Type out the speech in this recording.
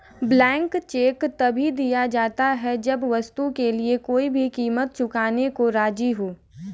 blank cheque तभी दिया जाता है जब वस्तु के लिए कोई भी कीमत चुकाने को राज़ी हो